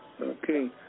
Okay